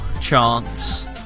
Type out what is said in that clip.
chance